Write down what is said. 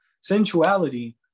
sensuality